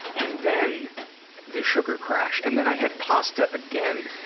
and then the sugar crash. and then i had pasta again,